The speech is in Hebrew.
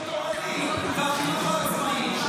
ועדת החינוך התורני והחינוך העצמאי.